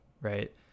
Right